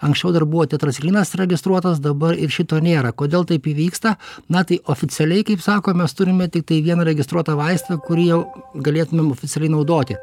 anksčiau dar buvo tetraciklinas registruotas dabar ir šito nėra kodėl taip įvyksta na tai oficialiai kaip sako mes turime tiktai vieną registruotą vaistą kurį jau galėtumėm oficialiai naudoti